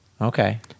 Okay